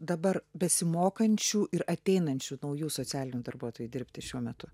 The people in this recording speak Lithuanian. dabar besimokančių ir ateinančių naujų socialinių darbuotojų dirbti šiuo metu